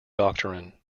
doctrine